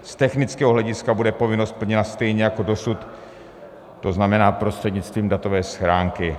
Z technického hlediska bude povinnost splněna stejně jako dosud, to znamená prostřednictvím datové schránky.